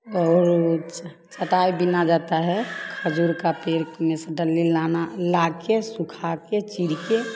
और चटाई बुना जाता है खजूर का पेड़ में से डंडी लाना लाके सुखा के चीर के